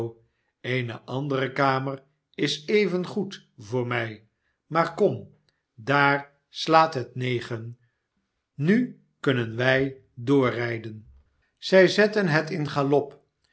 eene andere kamer is evengoed voor mij maar kom daar slaat het negen nu kunnen wij doorrijden zij zetten het in galop